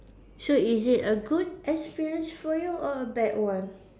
so is it a good experience for you or a bad one